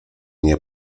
nie